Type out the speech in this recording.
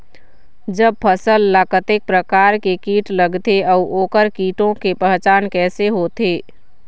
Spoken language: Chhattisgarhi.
जब फसल ला कतेक प्रकार के कीट लगथे अऊ ओकर कीटों के पहचान कैसे होथे?